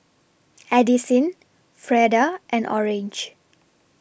Addisyn Freda and Orange